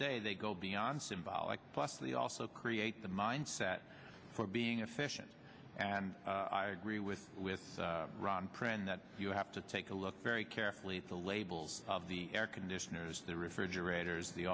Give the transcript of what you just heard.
day they go beyond symbolic plus the also create the mindset for being efficient and i agree with with ron printing that you have to take a look very carefully at the labels of the air conditioners the refrigerators the